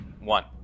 one